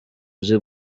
uzi